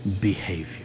behavior